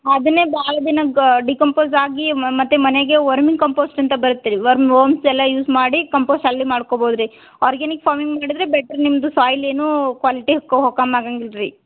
ಅದನ್ನೇ ಭಾಳ್ ದಿನ ಗ ಡಿಕಂಪೋಸ್ ಆಗಿ ಮತ್ತು ಮನೇಗೆ ವರ್ಮಿಂಗ್ ಕಂಪೋಸ್ಡ್ ಅಂತ ಬರತ್ತೆ ರೀ ವರ್ಮ್ ವರ್ಮ್ಸ್ ಎಲ್ಲ ಯೂಸ್ ಮಾಡಿ ಕಂಪೋಸ್ ಅಲ್ಲಿ ಮಾಡ್ಕೊಬೋದು ರೀ ಆರ್ಗ್ಯಾನಿಕ್ ಫಾರ್ಮಿಂಗ್ ಮಾಡಿದರೆ ಬೆಟರ್ ನಿಮ್ಮದು ಸೋಯ್ಲ್ ಏನೂ ಕ್ವಾಲಿಟಿ ಹೊಕ್ ಹೊ ಕಮ್ಲಿ ಆಗೋಂಗಿಲ್ ರೀ